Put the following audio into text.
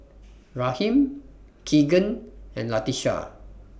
Raheem Keegan and Latisha